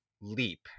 leap